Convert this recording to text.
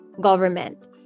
government